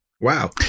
Wow